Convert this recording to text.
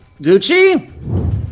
Gucci